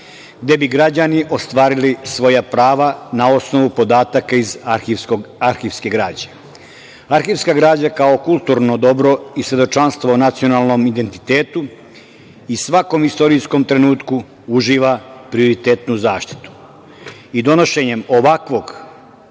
gde bi građani ostvarili svoja prava na osnovu podataka iz arhivske građe. Arhivska građa kao kulturno dobro i svedočanstvo o nacionalnom identitetu i svakom istorijskom trenutku uživa prioritetnu zaštitu. Donošenje ovakvog